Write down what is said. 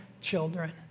children